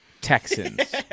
Texans